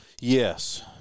Yes